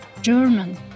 German